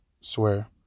swear